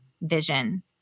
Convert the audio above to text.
vision